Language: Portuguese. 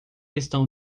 estão